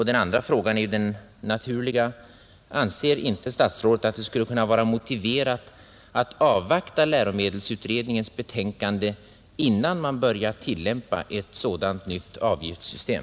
Den andra frågan är den naturliga: Anser inte statsrådet att det skulle kunna vara motiverat att avvakta läromedelsutredningens betänkande innan man börjar tillämpa ett sådant nytt avgiftssystem?